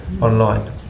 online